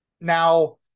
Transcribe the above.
Now